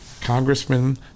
congressman